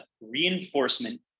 reinforcement